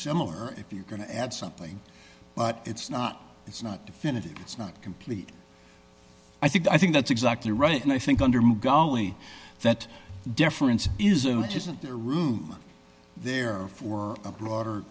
similar if you're going to add something but it's not it's not definitive it's not complete i think i think that's exactly right and i think under mugari that difference isn't it isn't there room there for a broader